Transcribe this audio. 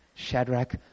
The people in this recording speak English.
Shadrach